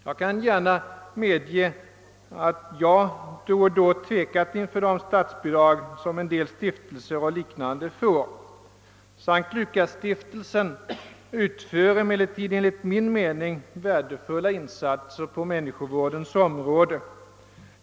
Jag kan gärna medge att jag då och då tvekat inför de statsbidrag som en del stiftelser och liknande inrättningar får. S:t Lukasstiftelsen gör emellertid enligt min mening värdefulla insatser på människovårdens område.